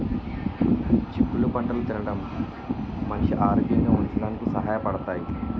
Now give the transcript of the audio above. చిక్కుళ్ళు పంటలు తినడం మనిషి ఆరోగ్యంగా ఉంచడానికి సహాయ పడతాయి